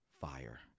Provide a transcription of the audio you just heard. Fire